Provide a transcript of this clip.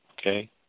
Okay